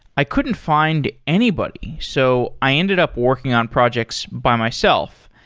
i couldn't find anybody. so, i ended up working on projects by myself.